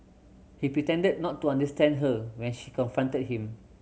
he pretended not to understand her when she confronted him